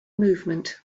movement